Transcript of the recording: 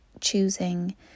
choosing